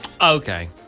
Okay